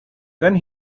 then